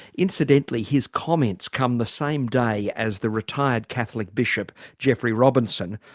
incidentally, his comments come the same day as the retired catholic bishop geoffrey robinson,